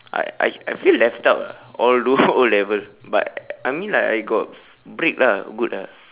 I I I feel left out ah all do O-level but I mean like I got break lah good ah